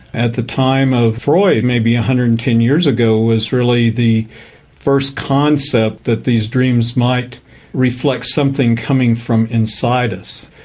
at the time of freud, maybe one ah hundred and ten years ago was really the first concept that these dreams might reflect something coming from inside us.